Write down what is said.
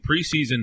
preseason